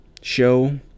show